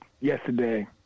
yesterday